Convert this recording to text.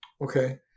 Okay